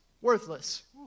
worthless